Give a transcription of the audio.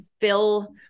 fill